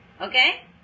Okay